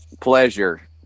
Pleasure